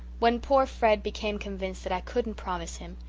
when poor fred became convinced that i couldn't promise him,